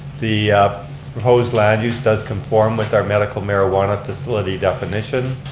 the proposed land use does conform with our medical marijuana facility definition.